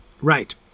Right